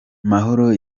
mahoro